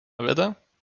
veda